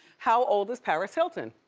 how old is paris hilton?